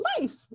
Life